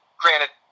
granted